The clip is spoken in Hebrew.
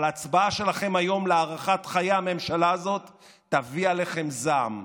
אבל הצבעה שלכם היום להארכת חיי הממשלה הזאת תביא עליכם זעם.